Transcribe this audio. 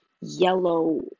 yellow